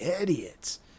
idiots